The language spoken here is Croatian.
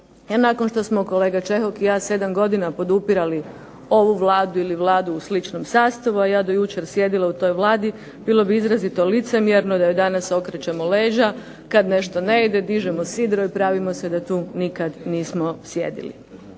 nakon što smo kolega Čehok i ja 7 godina podupirali ovu Vladu ili vladu u sličnom sastavu, a ja do jučer sjedila u toj Vladi bilo bi izrazito licemjerno da joj danas okrećemo leđa kad nešto ne ide, dižemo sidro i pravimo se da tu nikad nismo sjedili.